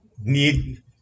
need